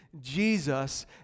Jesus